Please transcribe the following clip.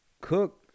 Cook